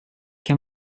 kan